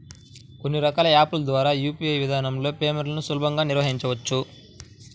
కొన్ని రకాల యాప్ ల ద్వారా యూ.పీ.ఐ విధానంలో పేమెంట్లను సులభంగా నిర్వహించవచ్చు